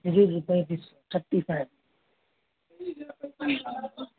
جی روپے پینتیس thirty five